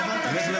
תקשיבו.